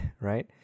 right